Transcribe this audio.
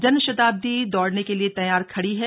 जनशताब्दी दौड़ने के लिए तैयार खड़ी है